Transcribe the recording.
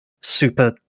super